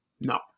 no